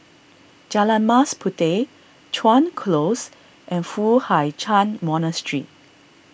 Jalan Mas Puteh Chuan Close and Foo Hai Ch'an Monastery